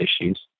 issues